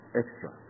extra